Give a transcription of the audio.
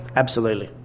absolutely.